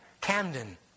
Camden